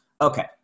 Okay